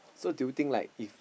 so do you think like if